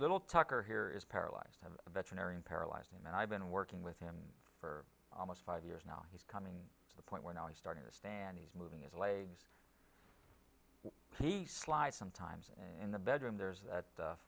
little tucker here is paralyzed veterinarian paralyzed and i've been working with him for almost five years now he's come to the point when i was starting to stand he's moving his legs he slides sometimes in the bedroom there's